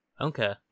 Okay